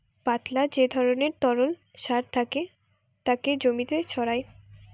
পাতলা যে ধরণের তরল সার থাকে তাকে জমিতে ছড়ায়